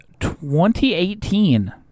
2018